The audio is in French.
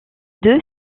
deux